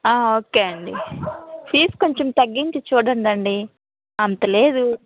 okay అండి fees కొంచెం తగ్గించి చూడండి అంత లేదు